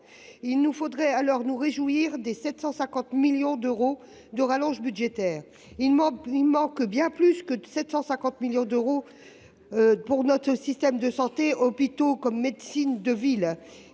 Il nous faudrait nous réjouir des 750 millions d'euros de rallonge budgétaire. Mais il manque bien plus que 750 millions d'euros pour notre système de santé, hôpital et médecine de ville